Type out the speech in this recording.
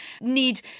need